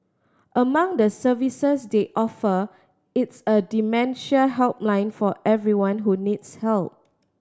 among the services they offer its a dementia helpline for everyone who needs help